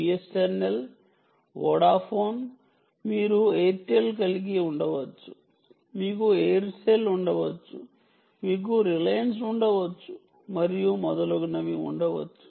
BSNL Vodafone మీరు Airtel కలిగి ఉండవచ్చు మీకు ఎయిర్సెల్ ఉండవచ్చు మీకు రిలయన్స్ ఉండవచ్చు మరియు మొదలగునవి ఉండవచ్చు